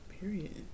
Period